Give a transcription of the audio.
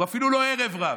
הוא אפילו לא ערב רב,